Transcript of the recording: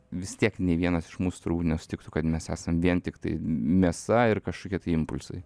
vis tiek nei vienas iš mūsų turbūt nesutiktų kad mes esam vien tiktai mėsa ir kažkokie tai impulsai